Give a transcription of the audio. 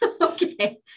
Okay